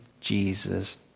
Jesus